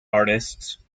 artists